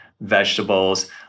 vegetables